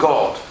God